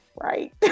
right